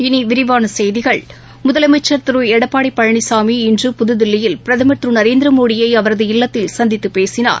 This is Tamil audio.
இனிவிரிவானசெய்திகள் முதலமைச்ச் திருளடப்பாடிபழனிசாமி இன்று புதுதில்லியில் பிரதம் திருநரேந்திரமோடியைஅவரது இல்லத்தில் சந்தித்துபேசினார்